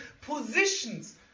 positions